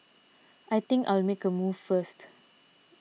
I think I'll make a move first